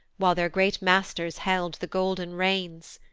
while their great masters held the golden reins.